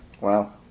Wow